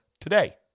today